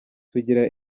sugira